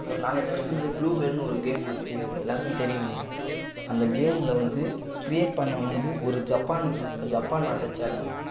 ஒரு நாலஞ்சு வருடத்துக்கு முன்னடி ப்ளூவேல்னு ஒரு கேம் வந்துச்சு உங்கள் எல்லாருக்குமே தெரியுன்னு நினைக்கிறேன் அந்த கேம்மில் வந்து கிரியேட் பண்ணவன் வந்து ஒரு ஜப்பான் ஜப்பான் நாட்டை சேர்ந்தவன்